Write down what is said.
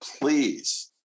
Please